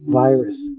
virus